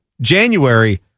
January